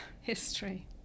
history